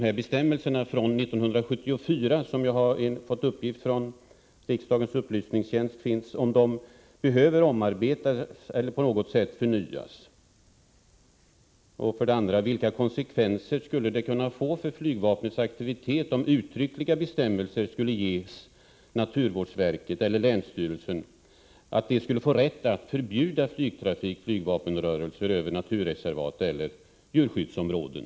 Är bestämmelserna från 1974 sådana att de behöver omarbetas eller på något sätt förnyas? 2. Vilka konsekvenser skulle det kunna få för flygvapnets aktivitet om uttryckliga bestämmelser skulle ge naturvårdsverket eller länsstyrelser rätt att förbjuda flygtrafik/flygvapenrörelser över naturreservat eller djurskyddsområden?